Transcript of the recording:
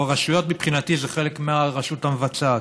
הרשויות, מבחינתי, זה חלק מהרשות המבצעת.